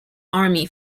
army